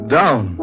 down